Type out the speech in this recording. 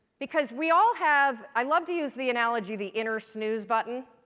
because we all have i love to use the analogy the inner snooze button